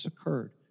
occurred